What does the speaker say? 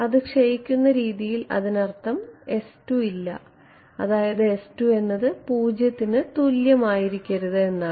അത് ക്ഷയിക്കുന്ന രീതിയിൽ അതിനർത്ഥം ഇല്ല അതായത് എന്നത് 0 ന് തുല്യം ആയിരിക്കരുത് എന്നാണ്